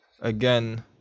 Again